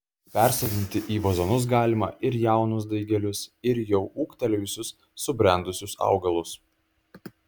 persodinti į vazonus galima ir jaunus daigelius ir jau ūgtelėjusius subrendusius augalus